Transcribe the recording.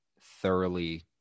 Thoroughly